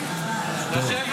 לעבור.